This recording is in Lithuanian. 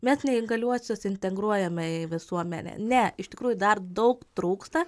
mes neįgaliuosius integruojame į visuomenę ne iš tikrųjų dar daug trūksta